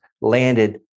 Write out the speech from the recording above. landed